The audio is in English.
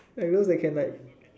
like those that can like